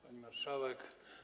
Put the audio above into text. Pani Marszałek!